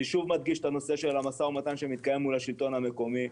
אני שוב מדגיש את נושא המשא ומתן שמתקיים מול השילטון המקומי,